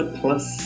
plus